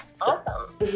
Awesome